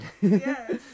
Yes